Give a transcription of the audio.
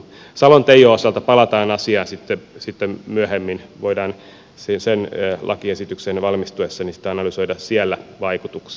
salon teijon osalta palataan asiaan sitten myöhemmin voidaan sen lakiesityksen valmistuessa sitten analysoida siellä vaikutuksia